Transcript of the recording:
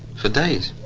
for days!